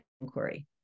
inquiry